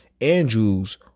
Andrews